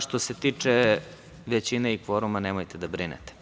Što se tiče većine i kvoruma nemojte da brinete.